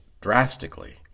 drastically